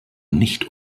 nicht